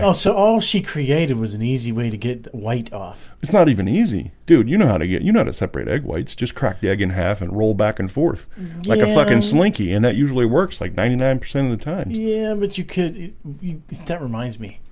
so all she created was an easy way to get white off. it's not even easy dude you know how to get you know two separate egg whites just crack the egg in half and roll back and forth like a fucking slinky and that usually works like ninety nine percent of the time yeah, but you kid that reminds me.